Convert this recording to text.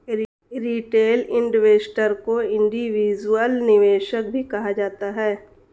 retail investor को individual निवेशक भी कहा जाता है